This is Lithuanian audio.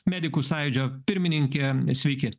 medikų sąjūdžio pirmininkė sveiki